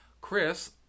Chris